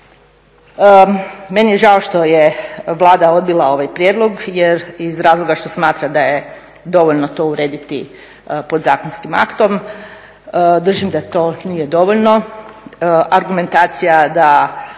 Meni je žao što je Vlada odbila ovaj prijedlog jer iz razloga što smatra da je dovoljno to urediti podzakonskim aktom. Držim da to nije dovoljno, argumentacija da